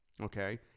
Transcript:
Okay